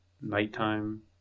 nighttime